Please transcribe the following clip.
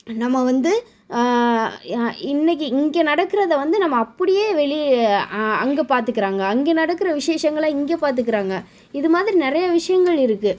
நம்ம வந்து யா இன்றைக்கி இங்கே நடக்கிறத வந்து நம்ம அப்படியே வெளியே அங்கே பார்த்துக்குறாங்க அங்கே நடக்கிற விஷேஷங்களை இங்கே பார்த்துக்குறாங்க இது மாதிரி நிறைய விஷயங்கள் இருக்குது